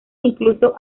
incluso